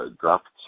dropped